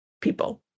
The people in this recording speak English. people